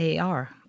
AR